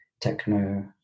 techno